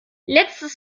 letztes